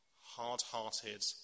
hard-hearted